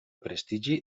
prestigi